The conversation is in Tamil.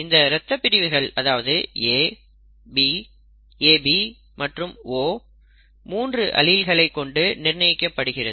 இந்த இரத்த பிரிவுகள் அதாவது A B AB மற்றும் O 3 அலீல்களை கொண்டு நிர்ணயிக்கப்படுகிறது